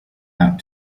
out